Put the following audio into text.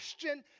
question